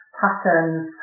patterns